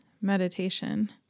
meditation